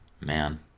man